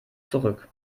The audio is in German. zurück